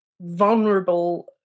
vulnerable